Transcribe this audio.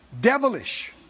Devilish